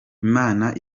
imana